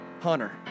Hunter